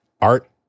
art